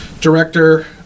director